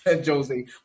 Josie